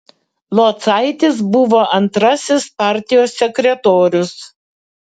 locaitis buvo antrasis partijos sekretorius